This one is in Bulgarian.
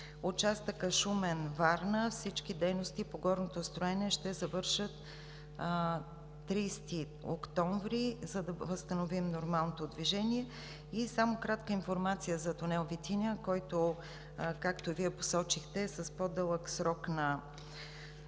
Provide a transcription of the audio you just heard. участъка Шумен – Варна всички дейности по горното строене ще завършат на 30 октомври, за да възстановим нормалното движение. И кратка информация за тунел „Витиня“, който, както Вие посочихте, е с по-дълъг срок на